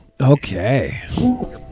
Okay